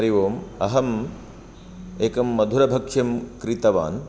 हरि ओम् अहम् एकं मधुरभक्ष्यं क्रीतवान्